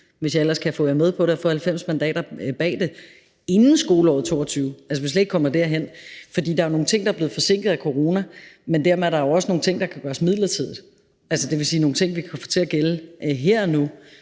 hvis jeg ellers kan få jer med på det og få 90 mandater bag det, inden skoleåret 2022; så vi altså slet ikke kommer derhen. For der er jo nogle ting, der er blevet forsinket af corona, men dermed er der også nogle ting, der kan gøres midlertidigt – det vil sige nogle ting, vi kan få til at gælde her og nu.